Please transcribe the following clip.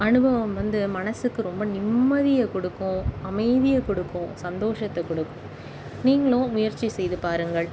அனுபவம் வந்து மனசுக்கு ரொம்ப நிம்மதியை கொடுக்கும் அமைதியை கொடுக்கும் சந்தோஷத்தை கொடுக்கும் நீங்களும் முயற்சி செய்து பாருங்கள்